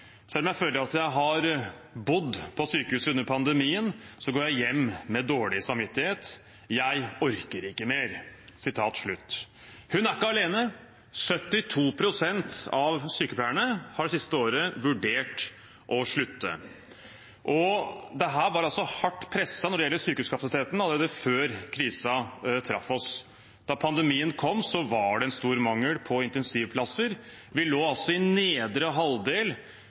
Selv om jeg føler jeg har bodd på sykehuset under pandemien, går jeg hjem med dårlig samvittighet. Jeg orker ikke mer. Hun er ikke alene. 72 pst. av sykepleierne har det siste året vurdert å slutte. Sykehuskapasiteten var allerede hardt presset før krisen traff oss. Da pandemien kom, var det stor mangel på intensivplasser. Vi lå altså i nedre halvdel